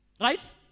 Right